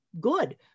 good